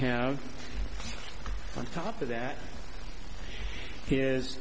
have on top of that is